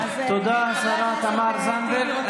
תודה לשרה תמר זנדברג.